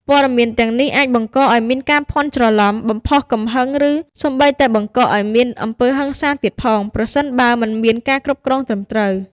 ព័ត៌មានទាំងនេះអាចបង្កឲ្យមានការភ័ន្តច្រឡំ បំផុសកំហឹង ឬសូម្បីតែបង្កឲ្យមាន អំពើហិង្សា ទៀតផង ប្រសិនបើមិនមានការគ្រប់គ្រងត្រឹមត្រូវ។